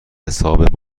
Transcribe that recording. حساب